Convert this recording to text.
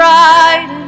Bright